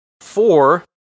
four